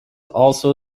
also